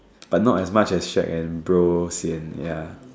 but not as much as shag and bro sian ya